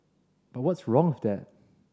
but what's wrong with that